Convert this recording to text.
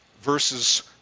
versus